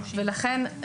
ולכן,